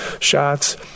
shots